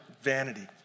vanity